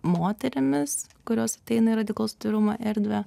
moterimis kurios ateina į radikalaus atvirumo erdvę